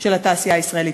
של התעשייה הישראלית.